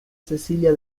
cecilia